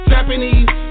Japanese